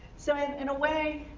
so in a way,